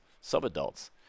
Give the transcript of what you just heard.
sub-adults